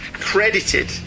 credited